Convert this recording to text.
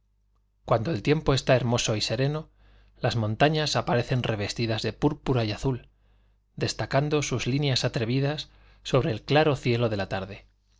cuando el tiempo está hermoso y sereno las montañas aparecen revestidas de púrpura y azul destacando sus líneas atrevidas sobre el claro cielo de la tarde